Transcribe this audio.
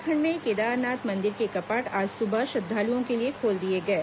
उत्तराखंड में केदारनाथ मन्दिर के कपाट आज सुबह श्रद्वालुओं के लिए खोल दिये गये